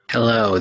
Hello